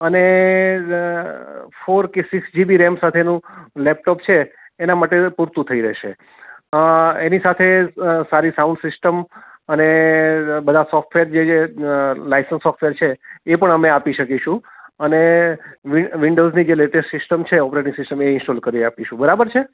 અને ફોર કે six GB RAM સાથેનું લેપટોપ છે એના માટે પૂરતું થઈ રહેશે એની સાથે સારી સાઉન્ડ સિસ્ટમ અને બધા સોફ્ટવેર જે જે લાયસન્સ સોફ્ટવેર છે એ પણ અમે આપી શકીશું અને વિન વિન્ડોઝની જે લેટેસ્ટ સિસ્ટમ છે ઓપરેટિંગ એ ઇન્સ્ટોલ કરી આપીશું બરાબર છે